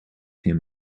him